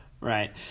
Right